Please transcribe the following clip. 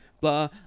blah